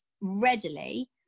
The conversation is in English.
readily